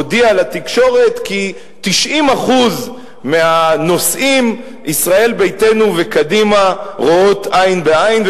הודיע לתקשורת כי ב-90% מהנושאים ישראל ביתנו וקדימה רואות עין בעין.